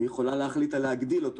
והיא יכולה להחליט על להגדיל אותו.